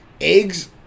eggs